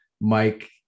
Mike